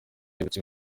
ibyo